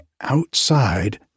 outside